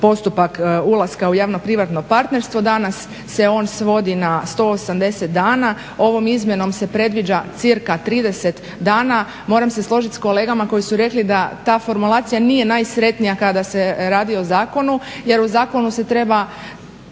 postupak ulaska u javno-privatno partnerstvo. Danas se on svodi na 180 dana. Ovom izmjenom se predviđa cca 30 dana. Moram se složiti s kolegama koji su rekli da ta formulacija nije najsretnija kada se radi o zakonu jer u zakonu se treba